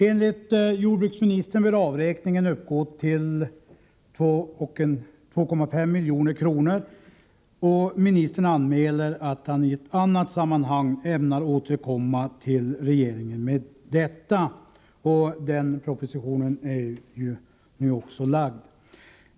Enligt jordbruksministern bör avräkningen uppgå till 2,5 milj.kr. Ministern anmäler att han i ett annat sammanhang ämnar återkomma till regeringen med detta, och den propositionen har nu lagts fram.